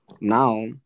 now